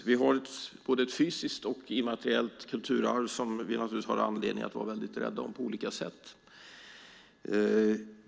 Vi har ett fysiskt och ett immateriellt kulturarv som vi har anledning att vara rädda om på olika sätt.